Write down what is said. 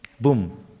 boom